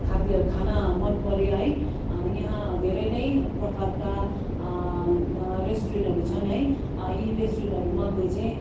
खाद्य खाना मन पऱ्यो है यहाँ धेरै नै प्रकारका रेस्टुरेन्टहरू छन् है यी रेस्टुरेन्टहरू मध्ये चाहिँ